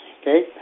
okay